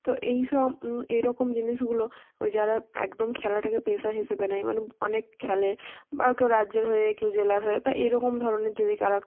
তো এই সব এই রকম জিনিসগুলো ওই যারা একদম খেলাটাকে পেশা হিসেবে নেয় মানে অনেক খেলে বা কেউ রাজ্যের হয়ে কেউ জেলার হয়ে বা এই রকম ধরনের যদি যারা